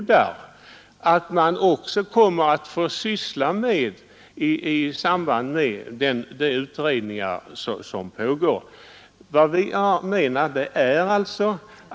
Det är ett Vi får nu avvakta utredningen och se vad den leder till.